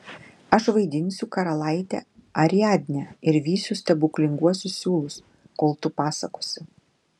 aš vaidinsiu karalaitę ariadnę ir vysiu stebuklinguosius siūlus kol tu pasakosi